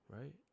Right